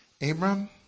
Abram